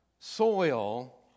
soil